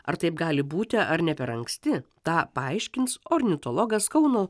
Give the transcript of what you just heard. ar taip gali būti ar ne per anksti tą paaiškins ornitologas kauno